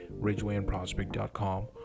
Ridgewayandprospect.com